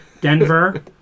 Denver